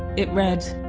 it read